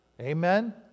Amen